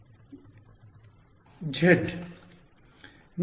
ವಿದ್ಯಾರ್ಥಿ z